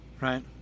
right